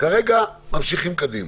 כרגע ממשיכים קדימה.